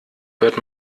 hört